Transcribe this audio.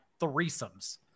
threesomes